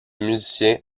musiciens